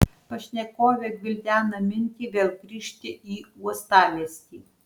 pašnekovė gvildena mintį vėl grįžti į uostamiestį